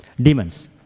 demons